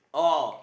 oh